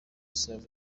save